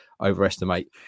overestimate